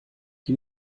die